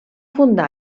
fundar